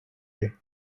day